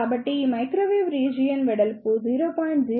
కాబట్టిఈ microwave region వెడల్పు 0